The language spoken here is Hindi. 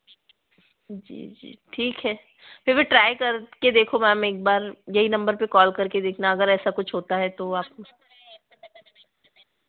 जी जी ठीक है फिर भी ट्राई करके देखो मैम एक बार यही नंबर पर कॉल करके देखना अगर ऐसा कुछ होता है तो आप